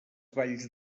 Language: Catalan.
valls